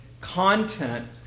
content